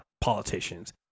politicians